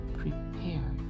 prepare